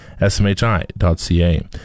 SMHI.ca